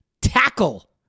tackle